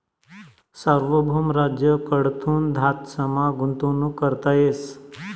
सार्वभौम राज्य कडथून धातसमा गुंतवणूक करता येस